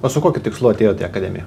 o su kokiu tikslu atėjote į akademiją